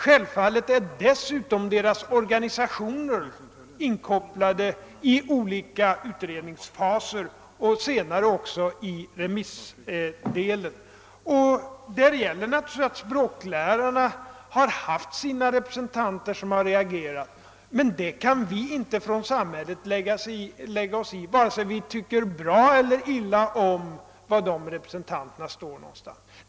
Självfallet är även lärarnas organisationer inkopplade i olika utredningsfaser och på ett senare stadium också i remissbehandlingen. Naturligtvis har språklärarnas representanter reagerat i det sammanhanget, men det kan inte vi från samhällets sida lägga oss i bara därför att vi tycker bra eller illa om representanternas åsikt.